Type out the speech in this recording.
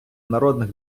народних